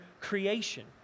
creation